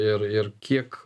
ir ir kiek